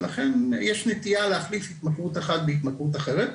ולכן יש נטייה להחליף התמכרות אחת בהתמכרות אחרת.